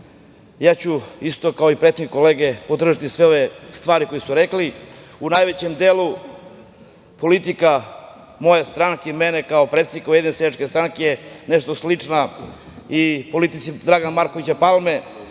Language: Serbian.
ja ću isto kao i prethodne kolege podržati sve ove stvari koje su rekli.U najvećem delu politika moje stranke i mene kao predsednika Ujedinjene seljačke stranke je nešto slična i politici Dragana Markovića Palme,